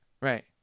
Right